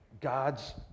God's